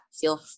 feel